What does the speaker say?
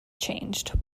changed